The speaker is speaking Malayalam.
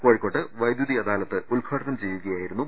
കോഴിക്കോട്ട് വൈദ്യുതി അദാലത്ത് ഉദ്ഘാടനം ചെയ്യുകയായിരുന്നു മന്ത്രി